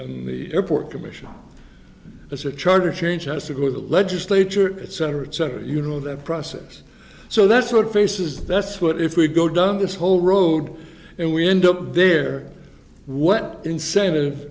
in the airport commission as a charter change has to go to the legislature etc etc you know that process so that's what faces that's what if we go down this whole road and we end up there what incentive